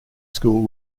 school